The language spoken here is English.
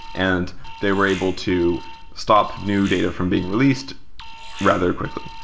and they were able to stop new data from being released rather quickly.